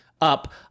up